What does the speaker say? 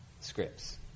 scripts